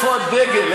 איפה הדגל?